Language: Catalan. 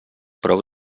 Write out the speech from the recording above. prou